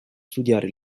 studiare